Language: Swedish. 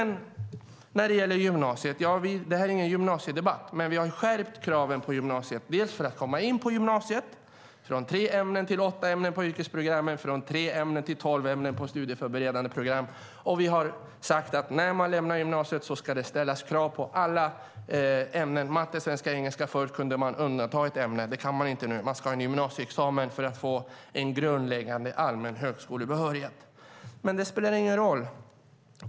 Nu är det är ingen gymnasiedebatt, men jag vill ändå säga att vi har skärpt kraven dels för att komma in på gymnasiet - från tre ämnen till åtta ämnen på yrkesprogrammen och från tre ämnen till tolv ämnen på studieförberedande program - och vi har sagt att när man lämnar gymnasiet ska det ställas krav i alla ämnen, matte, svenska och engelska. Förr kunde man undanta ett ämne. Det kan man inte nu. Man ska ha en gymnasieexamen för att få en grundläggande allmän högskolebehörighet. Men detta spelar ingen roll för er.